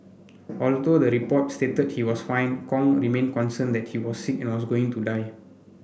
although the report stated he was fine Kong remained concerned that he was sick and was going to die